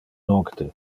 nocte